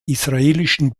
israelischen